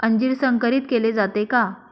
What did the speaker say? अंजीर संकरित केले जाते का?